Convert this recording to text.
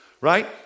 right